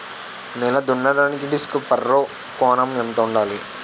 నేల దున్నడానికి disc furrow కోణం ఎంత ఉండాలి?